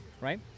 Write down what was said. right